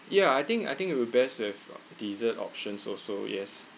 ya I think I think it'll be best with dessert options also yes